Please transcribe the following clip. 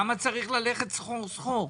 למה צריך ללכת סחור-סחור?